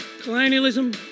colonialism